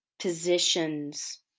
positions